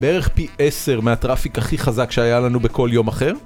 בערך פי עשר מהטראפיק הכי חזק שהיה לנו בכל יום אחר